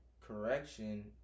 Correction